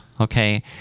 okay